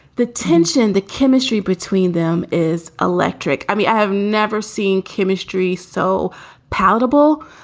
the tension, the chemistry between them is electric. i mean, i have never seen chemistry so palatable,